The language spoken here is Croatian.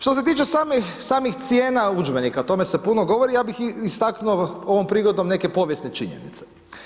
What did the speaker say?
Što se tiče samih cijena udžbenika, o tome se puno govori, ja bih istaknuo ovom prigodom neke povijesne činjenice.